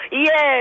Yes